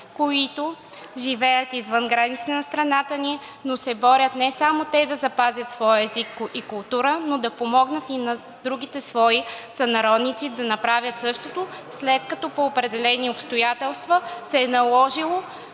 които живеят извън границата на страната ни, но се борят не само те да запазят своят език и култура, но да помогнат и на другите свои сънародници да направят същото, след като по определени обстоятелства се е наложило